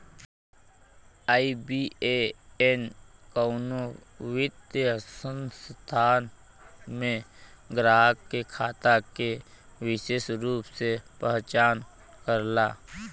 IBAN कउनो वित्तीय संस्थान में ग्राहक के खाता के विसेष रूप से पहचान करला